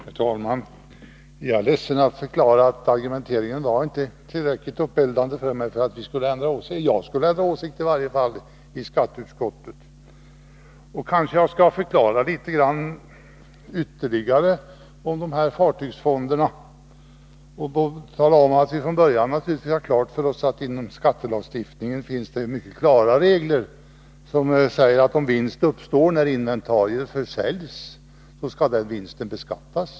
Herr talman! Jag är ledsen att behöva förklara att argumenteringen inte var tillräckligt eldande för att skatteutskottet eller i varje fall jag skulle ändra åsikt. Jag kanske ytterligare skall förklara vad som gäller för dessa fartygsfonder och tala om att vi från början naturligtvis har klart för oss att det inom skattelagstiftningen finns mycket klara regler som säger att om vinst uppstår vid försäljning av inventarier, så skall den vinsten beskattas.